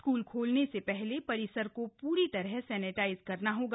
school खोलने से पहले परिसर को पूरी तरह सैनेटाइज करना होगा